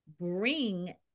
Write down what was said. bring